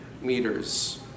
meters